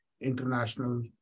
international